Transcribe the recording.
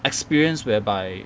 experience whereby